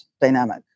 dynamic